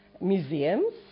museums